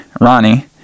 Ronnie